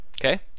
Okay